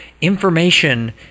Information